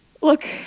look